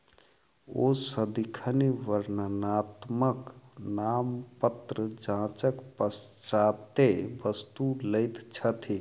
ओ सदिखन वर्णात्मक नामपत्र जांचक पश्चातै वस्तु लैत छथि